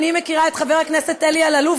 אני מכירה את חבר הכנסת אלי אלאלוף